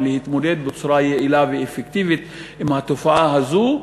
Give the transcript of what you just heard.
בהתמודדות יעילה ואפקטיבית עם התופעה הזאת.